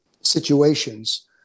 situations